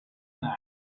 that